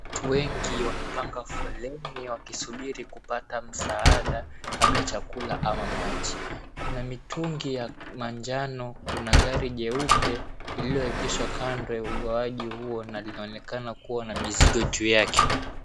Watu wengi wamepanga foleni wakisubiri kupata msaada labda chakula ama maji. Kuna mitungi ya manjano, kuna gali jeupe lililoegeshwa kando ya ugawaji huo na linaonekana kuwa na mizigo juu yake.